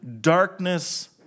darkness